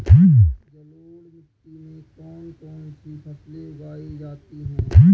जलोढ़ मिट्टी में कौन कौन सी फसलें उगाई जाती हैं?